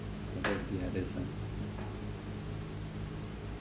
ya that's done